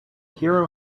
hero